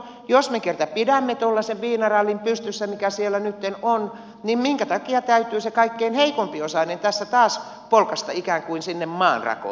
jos me kerta pidämme tuollaisen viinarallin pystyssä mikä siellä nytten on niin minkä takia täytyy se kaikkein heikompiosaisin tässä taas polkaista ikään kuin sinne maanrakoon